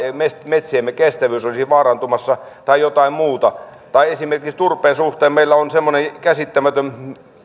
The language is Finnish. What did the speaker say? metsiemme kestävyys olisi vaarantumassa tai jotain muuta tai esimerkiksi turpeen suhteen meillä on semmoinen eräänlainen käsittämätön